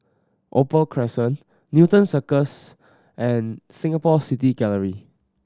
Opal Crescent Newton Cirus and Singapore City Gallery